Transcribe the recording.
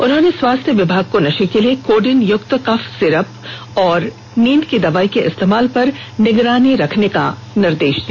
उन्होंने स्वास्थ्य विभाग को नशे के लिए कोडिन युक्त कफ सिरप और नींद की दवाई के इस्तेमाल पर निगरानी रखने का निर्देश दिया